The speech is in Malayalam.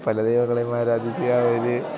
പല ദൈവങ്ങളേയുമാരാധിച്ച് അവർ